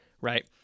right